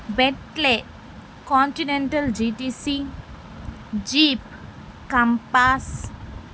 Bentley continental G T C jeep compass